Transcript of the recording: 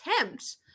attempt